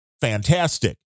fantastic